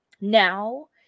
now